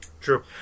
True